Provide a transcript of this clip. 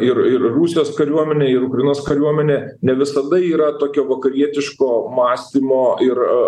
ir ir rusijos kariuomenė ir ukrainos kariuomenė ne visada yra tokia vakarietiško mąstymo ir